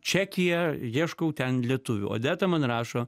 čekiją ieškau ten lietuvių odeta man rašo